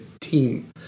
team